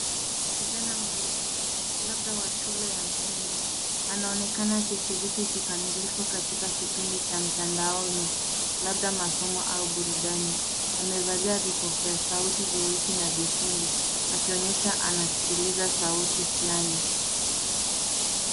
Kijana mdogo, labda wa shule ya msingi, anaonekana akishiriki kikamilifu katika kipindi cha mtandaoni, labda masomo au burudani. Amevalia vipokeasauti vyeusi na vyekundu akionyesha anasikiliza sauti fulani.